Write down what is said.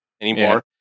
anymore